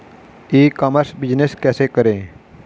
ई commerce business कैसे करें?